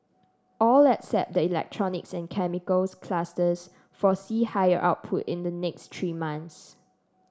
all except the electronics and chemicals clusters foresee higher output in the next three months